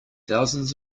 thousands